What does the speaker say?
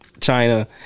China